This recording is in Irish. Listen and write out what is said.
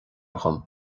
dom